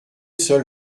seul